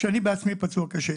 כשאני בעצמי פצוע קשה.